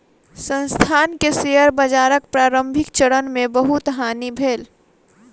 संस्थान के शेयर बाजारक प्रारंभिक चरण मे बहुत हानि भेल